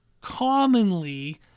commonly